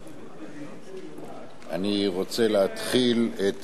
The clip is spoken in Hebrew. אני רוצה להתחיל את